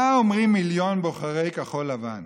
מה אומרים מיליון בוחרי כחול לבן?